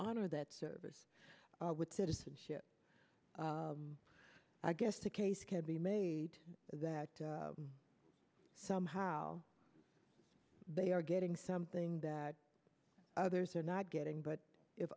honor that service with citizenship i guess a case can be made that somehow they are getting something that others are not getting but if